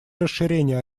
расширения